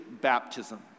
baptism